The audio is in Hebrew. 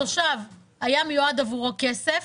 התושב, היה מיועד עבורו כסף.